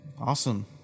Awesome